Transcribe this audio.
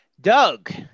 Doug